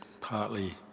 partly